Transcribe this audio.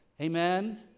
amen